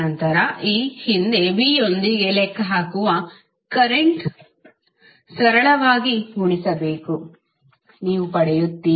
ನಂತರ ಈ ಹಿಂದೆ v ಯೊಂದಿಗೆ ಲೆಕ್ಕ ಹಾಕುವ ಕರೆಂಟ್ ಅನ್ನು ಸರಳವಾಗಿ ಗುಣಿಸಬೇಕು ನೀವು ಪಡೆಯುತ್ತೀರಿ